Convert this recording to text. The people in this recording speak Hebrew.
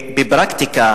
בפרקטיקה,